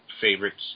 favorites